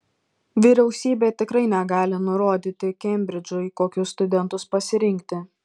vyriausybė tikrai negali nurodyti kembridžui kokius studentus pasirinkti